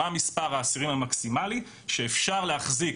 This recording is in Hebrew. מה מספר האסירים המקסימלי שאפשר להחזיק